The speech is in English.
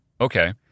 Okay